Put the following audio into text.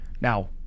now